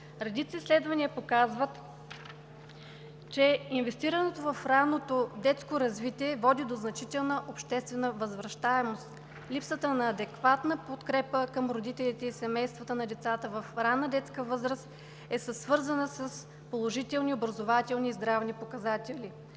Редица изследвания показват, че инвестирането в ранното детско развитие води до значителна обществена възвръщаемост. Липсата на адекватна подкрепа към родителите и семействата на децата в ранна детска възраст е свързана с положителните образователни и здравни показатели,